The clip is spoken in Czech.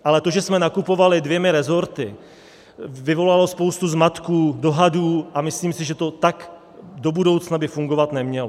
Ale to, že jsme nakupovali dvěma rezorty, vyvolalo spoustu zmatků, dohadů a myslím si, že by to tak do budoucna fungovat nemělo.